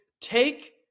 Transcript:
Take